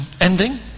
ending